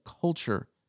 culture